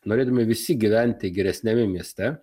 norėdami visi gyventi geresniame mieste